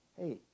hey